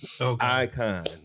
icon